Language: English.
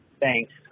Thanks